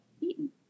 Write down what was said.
eaten